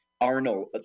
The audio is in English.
Arnold